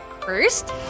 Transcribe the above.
First